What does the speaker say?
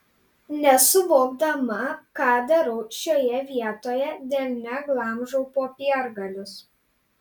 nesuvokdama ką darau šioje vietoje delne glamžau popiergalius